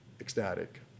ecstatic